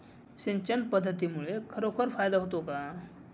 सिंचन पद्धतीमुळे खरोखर फायदा होतो का?